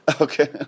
Okay